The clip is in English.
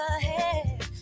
ahead